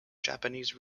japanese